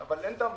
אבל אין טעם